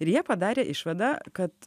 ir jie padarė išvadą kad